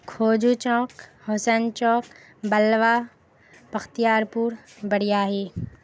کھوجو چوک حسین چوک بلوا بختیار پور بڑیاہی